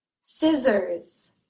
Scissors